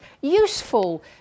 useful